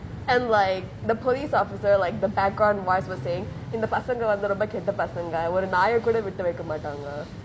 and like the police officer like the background wise was saying இந்த பசங்க வந்து ரொம்ப கெட்ட பசங்க ஒரு நாயக்கூட விட்டுவைக்க மாட்டாங்க:intha pasangae vanthu rombe ketta pasanga oru naiyakoode vittuvaike maatange